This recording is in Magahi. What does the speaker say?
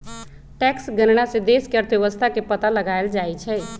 टैक्स गणना से देश के अर्थव्यवस्था के पता लगाएल जाई छई